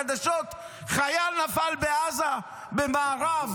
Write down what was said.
נשמע בחדשות שחייל נפל בעזה במארב,